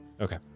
okay